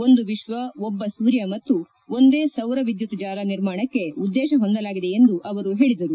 ಒಂದು ವಿಶ್ವ ಒಬ್ಬ ಸೂರ್ಯ ಮತ್ತು ಒಂದೇ ಸೌರವಿದ್ಯುತ್ ಜಾಲ ನಿರ್ಮಾಣಕ್ಕೆ ಉದ್ದೇಶ ಹೊಂದಲಾಗಿದೆ ಎಂದು ಅವರು ಹೇಳಿದರು